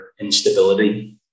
instability